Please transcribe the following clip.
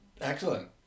Excellent